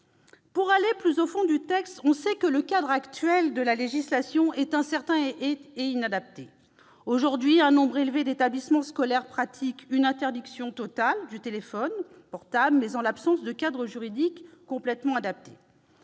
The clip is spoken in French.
Pour aller plus au fond du texte, on sait que le cadre législatif actuel est incertain et inadapté. Si un nombre élevé d'établissements scolaires pratiquent une interdiction totale du téléphone portable, c'est en l'absence de cadre juridique adapté.